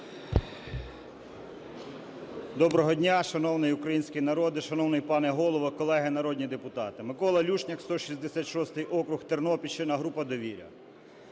Доброго дня, шановний український народе, шановний пане Голово, колеги народні депутати! Микола Люшняк, 166 округ, Тернопільщина, група "Довіра".